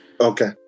Okay